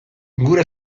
gure